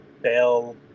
Bell